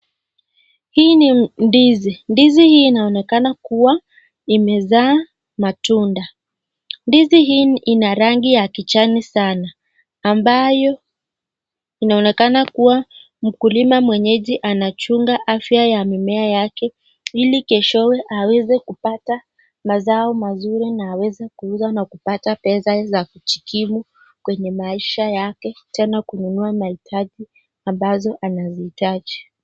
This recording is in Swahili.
Hii ni ndizi. Ndizi hii inaonekana kua imezaa matunda. Ndizi hii ina rangi ya kijani sanaa, ambayo inaonekana kua mkulima mwenyeji anachunga afya ya mimea yake ili keshowe aweze kupata aweze kuuza na kupata pesa za kujikimu kwenye maisha yake, tena kununua mahitaji ambazo anazihitaji.